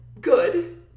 good